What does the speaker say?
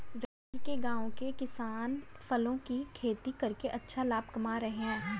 रफी के गांव के किसान फलों की खेती करके अच्छा लाभ कमा रहे हैं